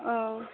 औ